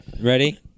Ready